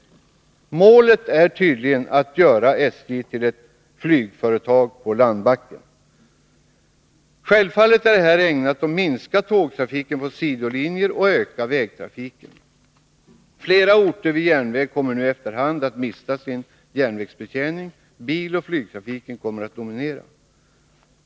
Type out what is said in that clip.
Målet är tydligen att göra SJ till ett ”flygföretag” på landbacken. Självfallet är detta ägnat att minska tågtrafiken på sidolinjer och öka vägtrafiken. Flera orter vid järnväg kommer nu efterhand att mista sin järnvägsbetjäning. Biloch flygtrafiken kommer att dominera.